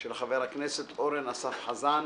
של חבר הכנסת אורן אסף חזן.